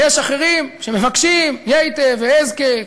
ויש אחרים שמבקשים "ייתי ואזכי",